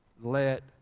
let